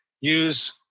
use